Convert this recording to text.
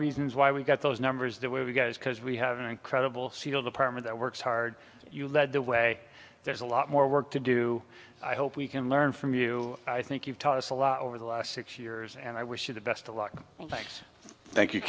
reasons why we got those numbers there we go is because we have an incredible c e o the perma that works hard you lead the way there's a lot more work to do i hope we can learn from you i think you've taught us a lot over the last six years and i wish you the best of luck thanks thank you